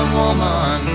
woman